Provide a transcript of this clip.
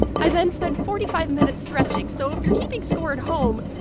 i then spend forty five minutes stretching so if you're keeping score at home,